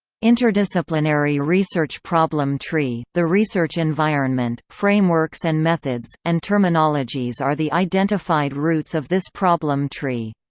interdisciplinary research problem tree the research environment, frameworks and methods, and terminologies are the identified roots of this problem tree.